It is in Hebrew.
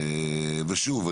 ושוב,